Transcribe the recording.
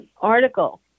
article